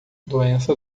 doença